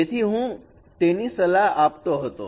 તેથી હું તેની સલાહ આપતો હતો